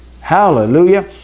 Hallelujah